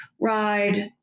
ride